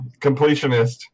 completionist